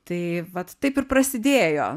tai vat taip ir prasidėjo